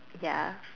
ya